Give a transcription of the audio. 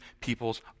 people's